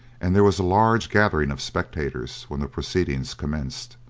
and there was a large gathering of spectators when the proceedings commenced.